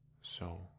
So